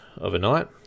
overnight